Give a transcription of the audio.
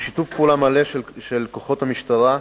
בשיתוף פעולה מלא של כוחות המשטרה,